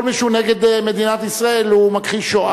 כל מי שהוא נגד מדינת ישראל הוא מכחיש השואה.